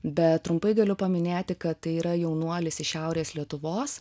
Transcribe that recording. bet trumpai galiu paminėti kad tai yra jaunuolis iš šiaurės lietuvos